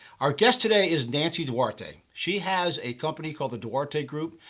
our guest today is nancy duarte. she has a company called the duarte group.